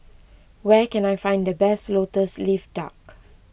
where can I find the best Lotus Leaf Duck